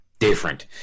Different